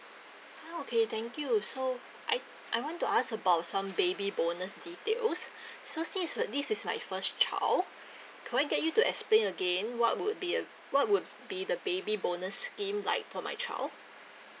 ah okay thank you so I I want to ask about some baby bonus details so since it's uh this is my first child could I get you to explain again what would be uh what would be the baby bonus scheme like for my child